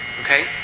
Okay